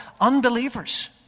unbelievers